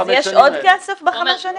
אז יש עוד כסף בחמש שנים האלה?